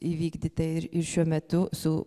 įvykdyta ir ir šiuo metu su